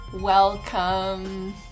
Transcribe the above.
Welcome